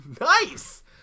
Nice